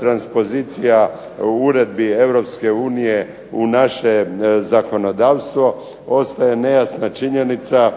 transpozicija uredbi EU u naše zakonodavstvo ostaje nejasna činjenica